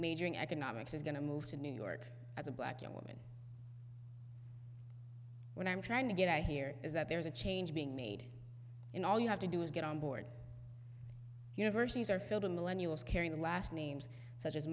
majoring in economics is going to move to new york as a black young woman when i'm trying to get out here is that there's a change being made in all you have to do is get on board universities are filled a millennial is carrying the last names such as